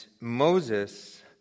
Moses